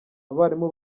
abarimu